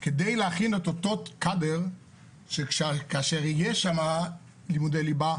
כדי להכין את אותו קאדר שכאשר יהיה שם לימודי ליבה,